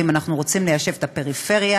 ואם אנחנו רוצים ליישב את הפריפריה,